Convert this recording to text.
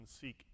seek